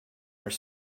are